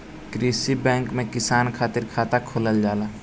कृषि बैंक में किसान खातिर खाता खोलल जाला